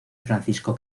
francisco